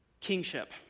kingship